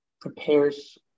prepares